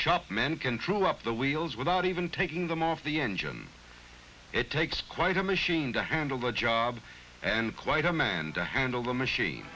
shopmen control up the wheels without even taking them off the engine it takes quite a machine to handle the job and quite a man to handle the machine